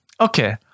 okay